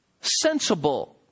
sensible